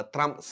Trump